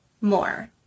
more